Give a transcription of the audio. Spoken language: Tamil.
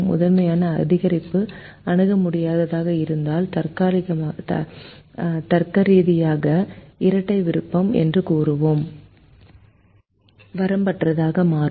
முதன்மை அதிகரிப்பு அணுக முடியாததாக இருந்தால் தர்க்கரீதியாக இரட்டை விருப்பம் என்று கூறுவோம் வரம்பற்றதாக மாறும்